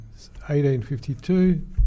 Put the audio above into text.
1852